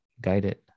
guided